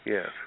Yes